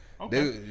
Okay